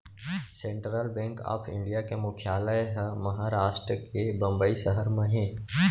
central bank of India के मुख्यालय ह महारास्ट के बंबई सहर म हे